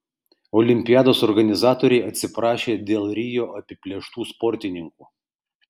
olimpiados organizatoriai atsiprašė dėl rio apiplėštų sportininkų